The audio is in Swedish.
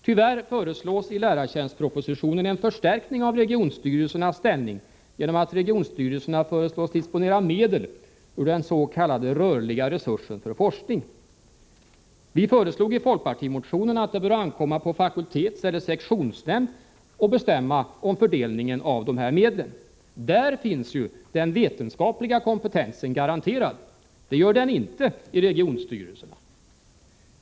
Tyvärr föreslås i lärartjänstpropositionen en förstärkning av regionstyrelsernas ställning genom att regionstyrelserna föreslås disponera medel ur den s.k. rörliga resursen för forskning. Vi föreslog i folkpartimotionen att det bör ankomma på fakultetseller sektionsnämnd att bestämma om fördelningen av medlen. Där finns ju den vetenskapliga kompetensen garanterad; det gör den inte i regionstyrelserna.